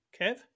kev